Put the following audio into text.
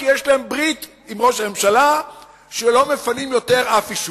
כי יש להם ברית עם ראש הממשלה שלא מפנים יותר אף יישוב,